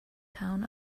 town